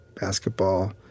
basketball